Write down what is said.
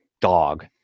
dog